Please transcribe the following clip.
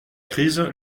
crise